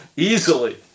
Easily